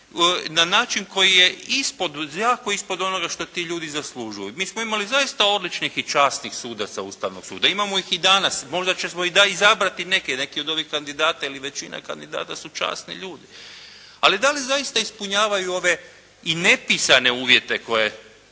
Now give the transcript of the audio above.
na način koji je ispod, jako ispod onoga što ti ljudi zaslužuju. Mi smo imali zaista odličnih i časnih sudaca Ustavnog suda, imamo ih i danas, možda ćemo i izabrati neke, neki od ovih kandidata ili većina kandidata su časni ljudi. A da li zaista ispunjavaju ove i nepisane uvjete koje